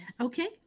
Okay